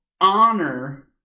Honor